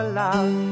love